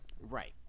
Right